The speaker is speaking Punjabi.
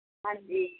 ਹਾਂਜੀ